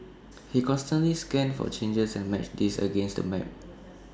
he constantly scanned for changes and matched these against the map